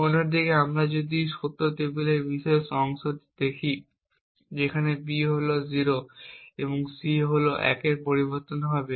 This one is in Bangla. অন্যদিকে আমরা যদি সত্য টেবিলের এই বিশেষ অংশটি দেখি যেখানে B হল 0 এবং C হল 1 এর পরিবর্তন হবে